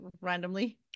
randomly